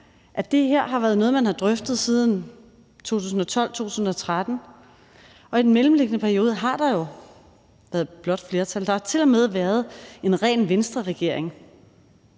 at det her har været noget, man har drøftet siden 2012-2013, og at der i den mellemliggende periode jo har været blåt flertal. Der har tilmed været en ren Venstreregering